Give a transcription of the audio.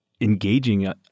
Engaging